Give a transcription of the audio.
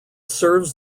serves